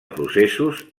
processos